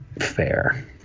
fair